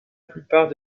plupart